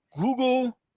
Google